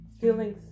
feeling